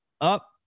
up